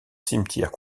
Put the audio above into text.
cimetières